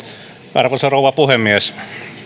arvoisa rouva puhemies